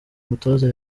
umutoza